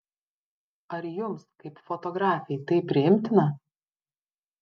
ar jums kaip fotografei tai priimtina